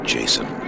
Jason